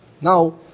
Now